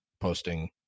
posting